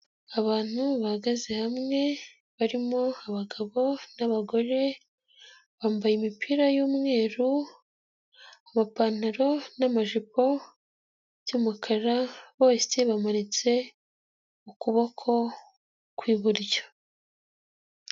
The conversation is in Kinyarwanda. Abantu bahagaze hamwe, barimo abagabo n'abagore, bambaye imipira y'umweru, amapantaro, n'amajipo by'umukara, bose bamanitse ukuboko kw'iburyo.